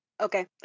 Okay